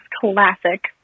classic